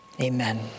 Amen